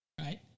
right